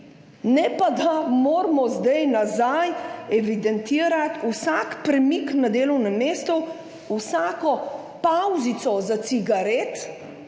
ne pa da moramo zdaj nazaj evidentirati vsak premik na delovnem mestu, vsako pavzico za cigaret,